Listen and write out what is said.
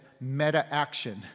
meta-action